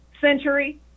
century